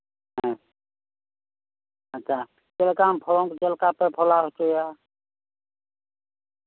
ᱦᱮᱸ ᱟᱪᱪᱷᱟ ᱪᱮᱫ ᱞᱮᱠᱟ ᱯᱷᱚᱞᱚᱱ ᱪᱮᱫ ᱞᱮᱠᱟ ᱯᱮ ᱯᱷᱚᱞᱟᱣ ᱦᱚᱪᱚᱭᱟ